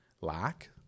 lack